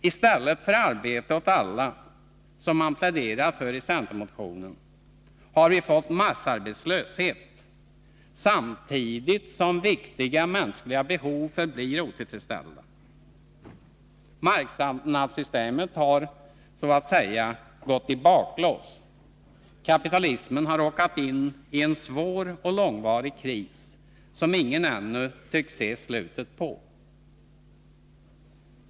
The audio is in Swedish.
I stället för arbete åt alla, som man pläderar för i centermotionen, har vi fått massarbetslöshet, samtidigt som viktiga mänskliga behov förblir otillfredsställda. Marknadssystemet har så att säga gått i baklås, kapitalismen har råkat in i en svår och långvarig kris, som ingen ännu tycks se slutet på.